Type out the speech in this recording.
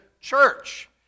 church